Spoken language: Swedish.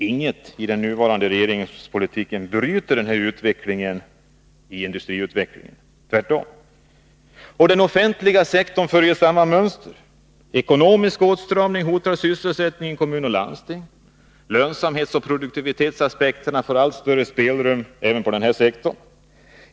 Ingenting i den nuvarande regeringspolitiken bryter denna tendens i industriutvecklingen, tvärtom. Den offentliga sektorn följer samma mönster. Ekonomisk åtstramning hotar sysselsättningen i kommuner och landsting. Lönsamhetsoch produktivitetsaspekterna får allt större spelrum även på denna sektor.